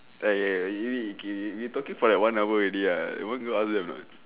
!aiya! eh K we are talking for like one hour already ya want go ask them or not